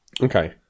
okay